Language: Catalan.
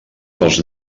dels